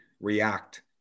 react